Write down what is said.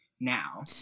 now